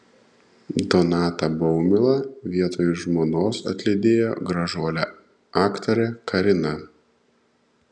donatą baumilą vietoj žmonos atlydėjo gražuolė aktorė karina